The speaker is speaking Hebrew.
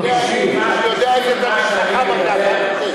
אני יודע איזה איש חכם אתה.